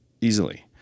easily